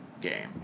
game